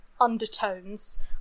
undertones